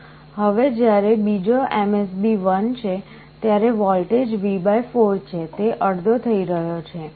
હવે જ્યારે બીજો MSB 1 છે ત્યારે વોલ્ટેજ V4 છે તે અડધો થઈ રહ્યો છે